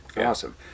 Awesome